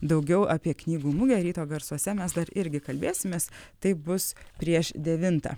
daugiau apie knygų mugę ryto garsuose mes dar irgi kalbėsimės taip bus prieš devintą